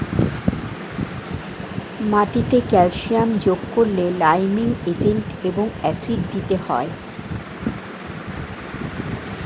মাটিতে ক্যালসিয়াম যোগ করলে লাইমিং এজেন্ট এবং অ্যাসিড দিতে হয়